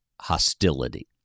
hostility